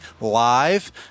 Live